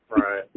Right